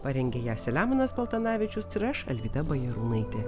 parengė ją selemonas paltanavičius ir aš alvyda bajarūnaitė